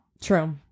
true